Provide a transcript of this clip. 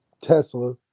Tesla